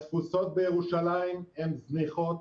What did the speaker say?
התפוסות בירושלים זניחות,